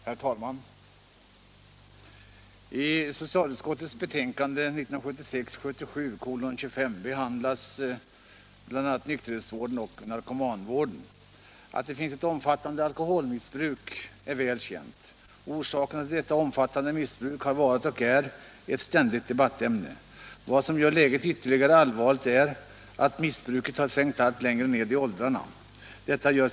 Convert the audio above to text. Herr talman! I socialutskottets betänkande 1976/77:25 behandlas bl.a. nykterhetsvården och narkomanvården. Att det finns ett omfattande alkoholmissbruk är väl känt. Orsakerna till detta omfattande missbruk har varit — och är — ett ständigt debattämne. Vad som gör läget ytterligare allvarligt är att missbruket har trängt allt längre ned i åldrarna.